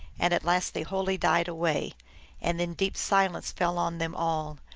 and at last they wholly died away and then deep silence fell on them all,